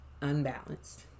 Unbalanced